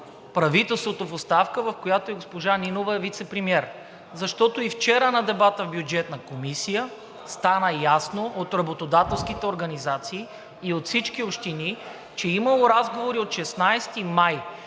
правителството в оставка, в което госпожа Нинова е вицепремиер. Защото и вчера на дебата в Бюджетната комисия стана ясно от работодателските организации и от всички общини, че е имало разговори от 16 май.